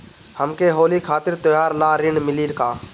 हमके होली खातिर त्योहार ला ऋण मिली का?